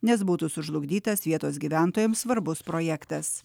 nes būtų sužlugdytas vietos gyventojams svarbus projektas